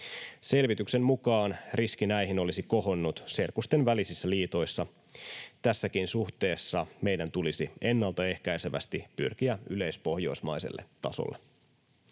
Selvityksen mukaan riski näihin olisi kohonnut serkusten välisissä liitoissa. Tässäkin suhteessa meidän tulisi ennalta ehkäisevästi pyrkiä yleispohjoismaiselle tasolle.